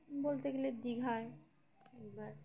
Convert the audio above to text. বলতে গেলে দীঘায় একবার